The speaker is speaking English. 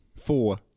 Four